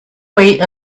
wait